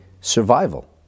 survival